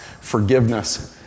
forgiveness